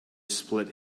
split